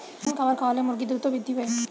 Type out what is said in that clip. কোন খাবার খাওয়ালে মুরগি দ্রুত বৃদ্ধি পায়?